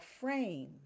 frame